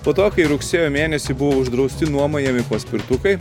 po to kai rugsėjo mėnesį buvo uždrausti nuomojami paspirtukai